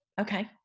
Okay